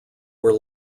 were